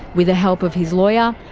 with the help of his lawyer.